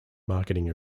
marketing